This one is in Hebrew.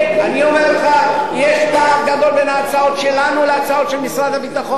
אני אומר לך שיש פער גדול בין ההצעות שלנו להצעות של משרד הביטחון.